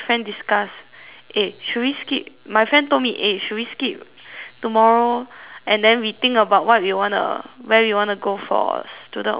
eh should we skip my friend told me eh should we skip tomorrow and then we think about what we wanna where we wanna go for student overseas trip